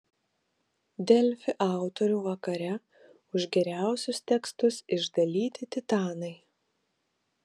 delfi autorių vakare už geriausius tekstus išdalyti titanai